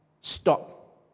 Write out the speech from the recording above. stop